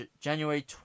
January